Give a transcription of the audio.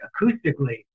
acoustically